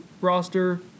roster